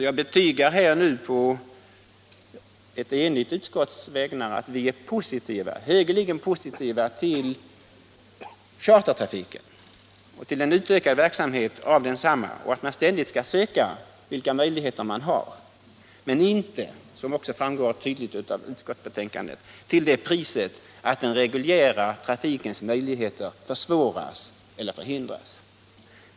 Jag betygar därför på ett enigt utskotts vägnar att vi är högeligen positiva till chartertrafiken och till en utökning av den och att man ständigt skall undersöka vilka möjligheter som finns, men inte — som också framgår tydligt av utskottsbetänkandet — till priset att den reguljära trafikens möjligheter försämras eller kanske helt försvinner.